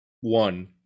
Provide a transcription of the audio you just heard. one